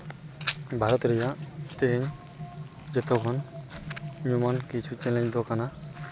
ᱵᱷᱟᱨᱚᱛ ᱨᱮᱭᱟᱜ ᱛᱮᱦᱤᱧ ᱡᱚᱛᱚᱠᱷᱚᱱ ᱮᱢᱚᱱ ᱠᱤᱪᱷᱩ ᱪᱮᱞᱮᱧᱡᱽ ᱫᱚ ᱠᱟᱱᱟ